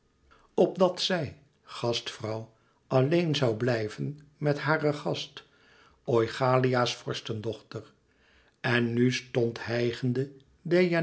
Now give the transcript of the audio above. opdat zij gastvrouw alleen zoû blijven met hare gast oichalia's vorstendochter en nu stond hijgende